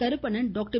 Karuppanan doctor